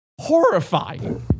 Horrifying